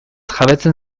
jabetzen